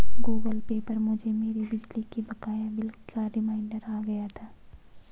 Google Pay पर मुझे मेरे बिजली के बकाया बिल का रिमाइन्डर आ गया था